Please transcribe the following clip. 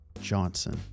Johnson